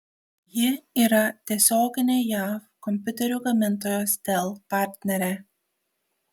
ji yra tiesioginė jav kompiuterių gamintojos dell partnerė